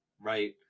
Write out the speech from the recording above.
right